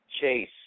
Chase